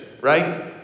right